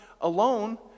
alone